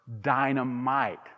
dynamite